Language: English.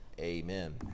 amen